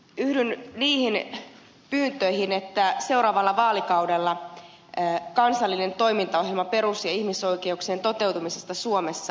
yhdyn niihin pyyntöihin että seuraavalla vaalikaudella kansallinen toimintaohjelma perus ja ihmisoikeuksien toteutumisesta suomessa kirjataan